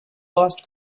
lost